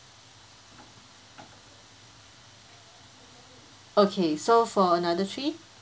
okay so for another three